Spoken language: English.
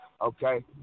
Okay